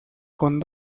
con